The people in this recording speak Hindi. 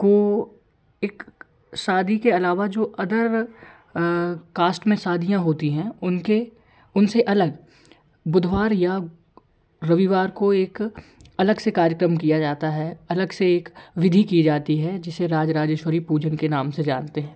को एक शादी के अलावा जो अदर कास्ट में शादियाँ होती हैं उनके उन से अलग बुधवार या रविवार को एक अलग से कार्यक्रम किया जाता है अलग से एक विधि की जाती है जिसे राजराजेश्वरी पूजन के नाम से जानते हैं